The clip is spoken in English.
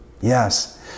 Yes